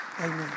Amen